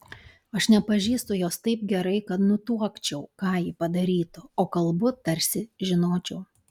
aš nepažįstu jos taip gerai kad nutuokčiau ką ji padarytų o kalbu tarsi žinočiau